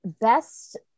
Best